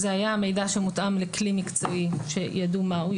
זה היה מידע שמותאם לכלי מקצועי שידעו מהו,